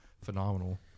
phenomenal